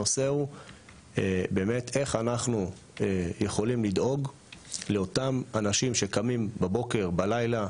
הנושא הוא איך אנחנו יכולים לדאוג לאותם אנשים שקמים בבוקר או בלילה,